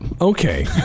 Okay